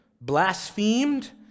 blasphemed